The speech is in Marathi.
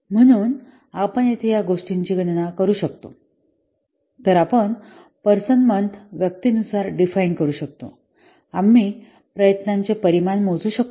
म्हणून आपण येथे या गोष्टीची गणना करू शकतो तर आपण पर्सन मंथ व्यक्ती नुसार डिफाइन करू शकतो आम्ही प्रयत्नांचे परिमाण मोजू शकतो